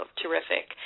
terrific